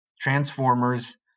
transformers